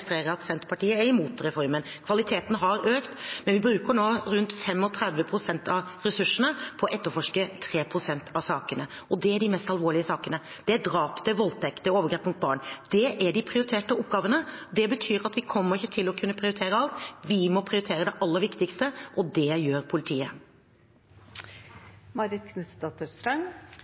at Senterpartiet er imot reformen. Kvaliteten har økt, men vi bruker nå rundt 35 pst. av ressursene på å etterforske 3 pst. av sakene, og det er de mest alvorlige sakene. Det er drap, voldtekt og overgrep mot barn; det er de prioriterte oppgavene. Det betyr at vi kommer ikke til å kunne prioritere alt. Vi må prioritere det aller viktigste, og det gjør